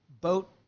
Boat